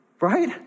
right